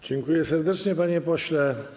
Dziękuję serdecznie, panie pośle.